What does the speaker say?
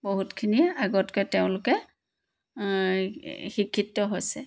বহুতখিনি আগতকৈ তেওঁলোকে শিক্ষিত হৈছে